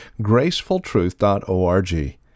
gracefultruth.org